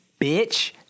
bitch